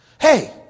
Hey